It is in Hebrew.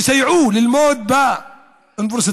תסייעו ללמוד באוניברסיטאות,